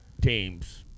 teams